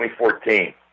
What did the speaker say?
2014